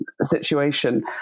situation